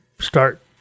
start